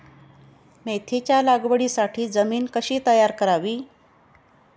मेथीच्या लागवडीसाठी जमीन कशी तयार करावी?